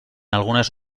algunes